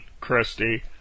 Christy